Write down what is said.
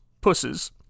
Pusses